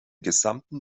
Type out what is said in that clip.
gesamten